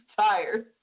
tired